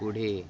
पुढे